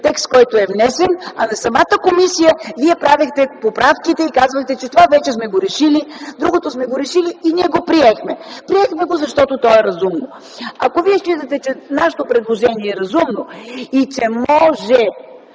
текст, който е внесен, а на самата комисия Вие правихте поправките и казахте, че - това вече сме го решили, другото сме го решили, и ние го приехме. Приехме го, защото то е разумно. Ако Вие считате, че нашето предложение е разумно и че „може”